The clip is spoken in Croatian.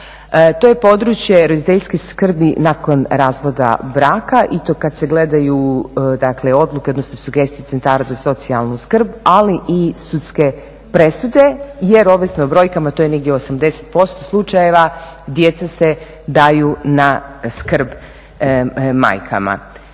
to je područje roditeljske skrbi nakon razvoda braka i to kada se gledaju odluke odnosno sugestije centara za socijalnu skrb, ali i sudske presude jer ovisno o brojkama to je negdje 80% slučajeva djeca se daju na skrb majkama.